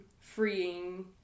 freeing